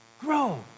grow